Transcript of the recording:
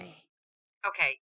Okay